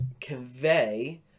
convey